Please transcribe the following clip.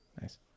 Nice